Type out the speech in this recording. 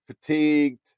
fatigued